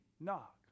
knock